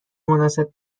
مناسب